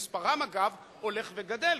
מספרם הולך וגדל,